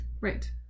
right